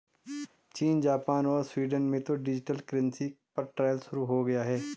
चीन, जापान और स्वीडन में तो डिजिटल करेंसी पर ट्रायल शुरू हो गया है